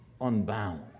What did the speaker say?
unbound